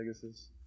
Pegasus